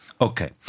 Okay